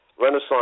Renaissance